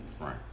right